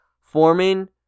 forming